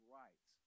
rights